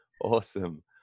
Awesome